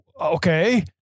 okay